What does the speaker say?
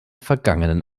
vergangenen